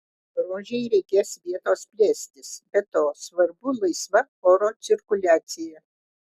rožei reikės vietos plėstis be to svarbu laisva oro cirkuliacija